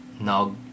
now